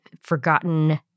forgotten